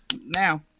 now